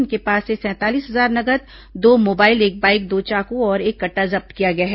इनके पास से सैंतालीस हजार नगद दो मोबाइल एक बाइक दो चाकू और एक कट्टा जब्त किया गया है